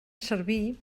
servir